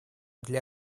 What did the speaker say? для